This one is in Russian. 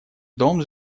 дом